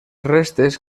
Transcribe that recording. restes